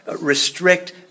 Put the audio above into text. restrict